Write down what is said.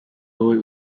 wowe